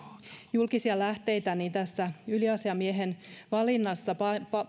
julkisia lähteitä niin tässä yliasiamiehen valinnassa